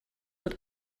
wird